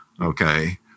Okay